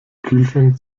kühlschrank